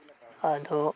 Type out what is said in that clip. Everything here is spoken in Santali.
ᱟᱫᱚ